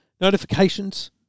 notifications